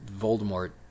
Voldemort